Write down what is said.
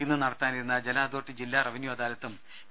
ഇന്നു നടത്താനിരുന്ന ജല അതോറിറ്റി ജില്ലാ റവന്യൂ അദാലത്തും പി